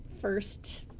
first